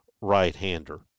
right-hander